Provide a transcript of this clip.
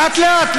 לאט-לאט.